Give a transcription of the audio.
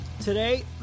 Today